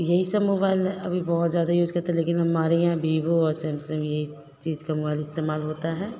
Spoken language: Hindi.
यही सब मोबाइल अभी बहुत ज़्यादा यूज किए जाते लेकिन हमारे यहाँ वीवो और सेमसंग ये चीज़ का मोबाइल इस्तेमाल होता है